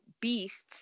beasts